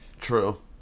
True